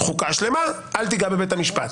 חוקה שלמה אל תיגע בבית המשפט.